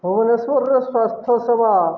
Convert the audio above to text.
ଭୁବନେଶ୍ୱରର ସ୍ୱାସ୍ଥ୍ୟ ସେବା